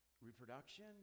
reproduction